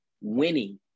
winning